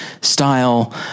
style